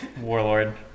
warlord